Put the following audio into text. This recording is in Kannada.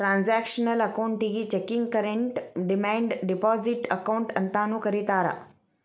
ಟ್ರಾನ್ಸಾಕ್ಷನಲ್ ಅಕೌಂಟಿಗಿ checking current demand deposit account ಅಂತಾನೂ ಕರಿತಾರಾ